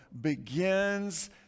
begins